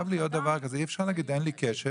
אי-אפשר להגיד שאין קשב.